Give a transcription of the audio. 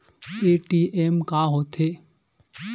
ATM का होथे?